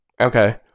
Okay